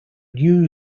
new